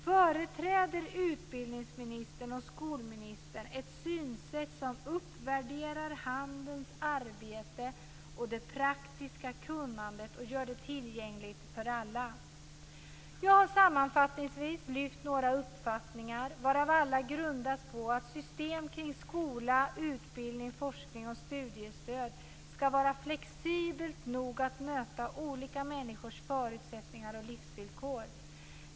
Företräder utbildningsministern och skolministern ett synsätt som uppvärderar handens arbete och det praktiska kunnandet och gör det tillgängligt för alla? Jag har lyft fram några uppfattningar, varav alla grundas på att system kring skola, utbildning, forskning och studiestöd skall vara flexibelt nog att möta olika människors förutsättningar och livsvillkor.